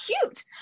cute